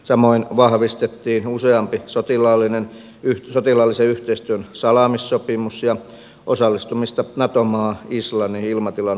samoin vahvistettiin useampi sotilaallisen yhteistyön salaamissopimus ja osallistumista nato maa islannin ilmatilan valvontaoperaatioon alettiin valmistella